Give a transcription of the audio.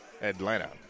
Atlanta